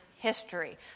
history